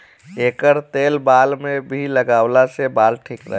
एकर तेल बाल में भी लगवला से बाल ठीक रहेला